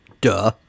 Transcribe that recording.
Duh